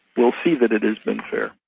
will see that it has been fair.